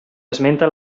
esmenta